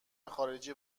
خارجی